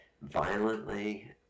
violently